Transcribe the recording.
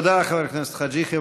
תודה, חבר הכנסת חאג' יחיא.